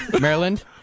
Maryland